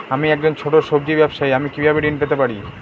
আমি একজন ছোট সব্জি ব্যবসায়ী আমি কিভাবে ঋণ পেতে পারি?